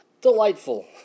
delightful